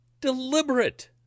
deliberate